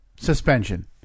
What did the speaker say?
Suspension